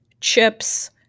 chips